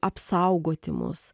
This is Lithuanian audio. apsaugoti mus